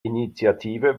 initiative